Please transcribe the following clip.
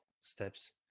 steps